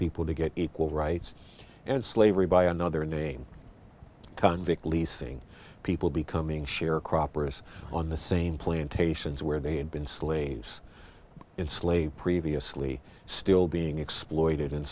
people to get equal rights and slavery by another name convict leasing people becoming sharecropper us on the same plantations where they had been slaves in slave previously still being exploited